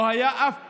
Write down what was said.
לא היה אף פעם,